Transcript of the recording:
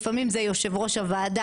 לפעמים זה יושב ראש הוועדה,